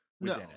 no